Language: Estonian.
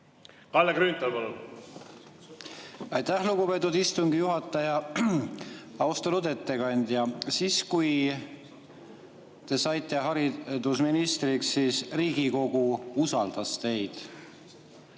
Kalle Grünthal, palun! Aitäh, lugupeetud istungi juhataja! Austatud ettekandja! Siis, kui te saite haridusministriks, Riigikogu usaldas teid.